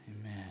Amen